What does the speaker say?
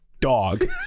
dog